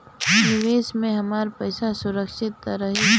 निवेश में हमार पईसा सुरक्षित त रही?